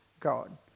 God